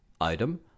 Item